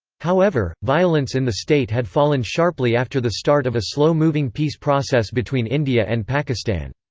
however, violence in the state had fallen sharply after the start of a slow-moving peace process between india and pakistan.